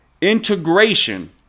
integration